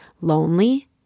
lonely